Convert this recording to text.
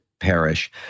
perish